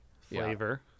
flavor